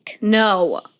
No